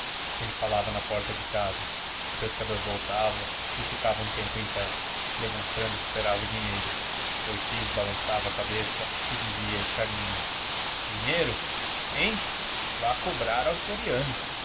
ele falava na porta de casa o pescador voltava e ficava um tempo em pé demonstrando que esperava o dinheiro ortiz balançava a cabeça e dizia escarninho dinheiro hein vá cobrar ao floriano